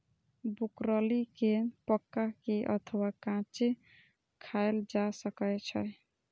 broccoli कें पका के अथवा कांचे खाएल जा सकै छै